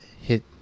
hit